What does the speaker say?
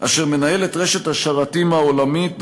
אשר מנהל את רשת השרתים העולמית,